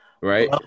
Right